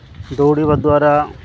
ଦୌଡ଼ିବା ଦ୍ୱାରା